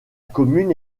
commune